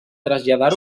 traslladar